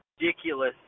ridiculous